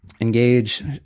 Engage